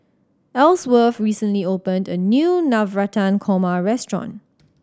Ellsworth recently opened a new Navratan Korma restaurant